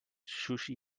sushi